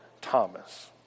Thomas